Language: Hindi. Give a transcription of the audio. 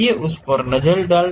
उस पर नजर डालते हैं